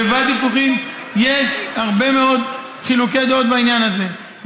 בוואדי פוכין יש הרבה מאוד חילוקי דעות בעניין הזה,